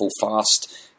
fast